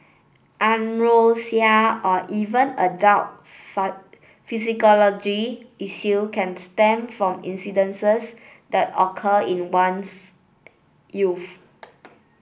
Anorexia or even adults psychological issues can stem from incidences that occur in one's youth